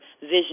vision